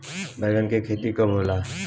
बैंगन के खेती कब होला?